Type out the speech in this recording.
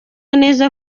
neza